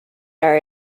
are